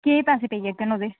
केह् पैसे पेई जाङन ओह्दे